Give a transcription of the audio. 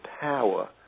power